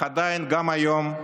אך עדיין, גם היום,